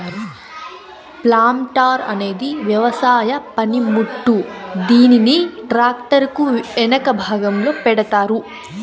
planter అనేది వ్యవసాయ పనిముట్టు, దీనిని ట్రాక్టర్ కు ఎనక భాగంలో పెడతారు